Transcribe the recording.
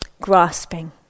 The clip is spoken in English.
grasping